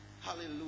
Hallelujah